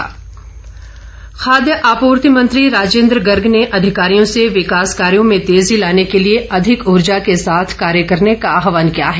राजेन्द्र गर्ग खाद्य आपूर्ति मंत्री राजेन्द्र गर्ग ने अधिकारियों से विकास कार्यों में तेज़ी लाने के लिए अधिक ऊर्जा के साथ कार्य करने का आहवान किया है